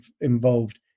involved